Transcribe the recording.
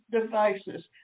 devices